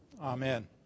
Amen